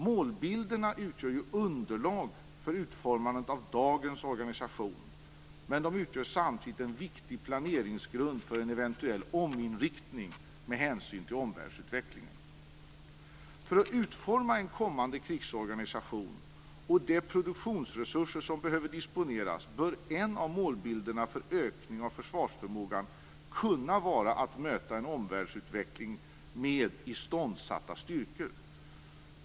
Målbilderna utgör ju underlag för utformandet av dagens organisation, men de utgör samtidigt en viktig planeringsgrund för en eventuell ominriktning med hänsyn till omvärldsutvecklingen. För att utforma en kommande krigsorganisation och de produktionsresurser som behöver disponeras bör en av målbilderna för ökning av försvarsförmågan kunna vara att möta en omvärldsutveckling med iståndsatta styrkor.